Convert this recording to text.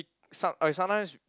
some I sometimes